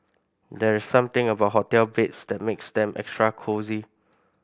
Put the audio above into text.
there's something about hotel beds that makes them extra cosy